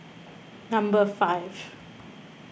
number five